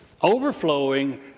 overflowing